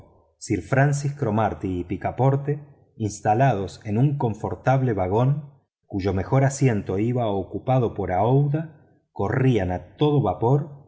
sir francis cromarty y picaporte instalados en un confortable vagón cuyo mejor asiento iba ocupado por aouida corrían a todo vapor